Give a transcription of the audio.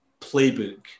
playbook